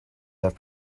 have